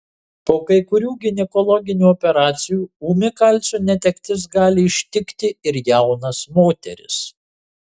po kai kurių ginekologinių operacijų ūmi kalcio netektis gali ištikti ir jaunas moteris